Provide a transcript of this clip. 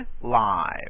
live